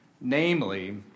Namely